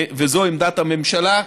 וזו עמדת הממשלה.